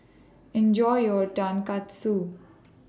Enjoy your Tonkatsu